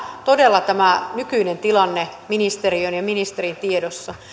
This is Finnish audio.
todella tämä nykyinen tilanne ministeriön ja ministerin tiedossa